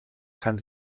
kann